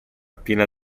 piena